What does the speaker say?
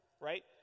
Right